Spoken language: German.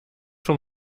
vom